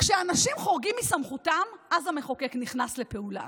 כשאנשים חורגים מסמכותם, אז המחוקק נכנס לפעולה.